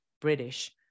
British